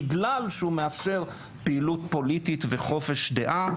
בגלל שהוא מאפשר פעילות פוליטית וחופש דעה.